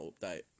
update